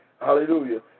hallelujah